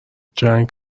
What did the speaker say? جنگ